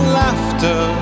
laughter